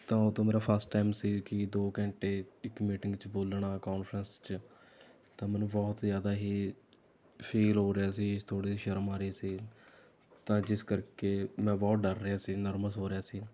ਤਾਂ ਉਦੋਂ ਮੇਰਾ ਫਰਸਟ ਟਾਈਮ ਸੀ ਕਿ ਦੋ ਘੰਟੇ ਇੱਕ ਮੀਟਿੰਗ 'ਚ ਬੋਲਣਾ ਕਾਨਫਰੰਸ 'ਚ ਤਾਂ ਮੈਨੂੰ ਬਹੁਤ ਜ਼ਿਆਦਾ ਹੀ ਫੀਲ ਹੋ ਰਿਹਾ ਸੀ ਥੋੜ੍ਹੀ ਜਿਹੀ ਸ਼ਰਮ ਆ ਰਹੀ ਸੀ ਤਾਂ ਜਿਸ ਕਰਕੇ ਮੈਂ ਬਹੁਤ ਡਰ ਰਿਹਾ ਸੀ ਨਰਵਸ ਹੋ ਰਿਹਾ ਸੀ